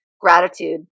gratitude